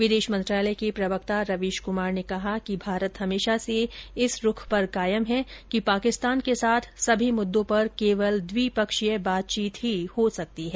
विदेश मंत्रालय के प्रवक्ता रवीश कुमार ने कहा कि भारत हमेशा से इस रुख पर कायम है कि पाकिस्तान के साथ सभी मुद्दों पर केवल द्विपक्षीय बातचीत ही हो सकती है